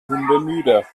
hundemüde